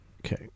Okay